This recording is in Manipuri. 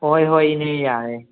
ꯍꯣꯏ ꯍꯣꯏ ꯏꯅꯦ ꯌꯥꯔꯦ